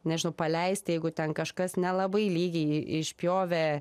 nežinau paleisti jeigu ten kažkas nelabai lygiai išpjovė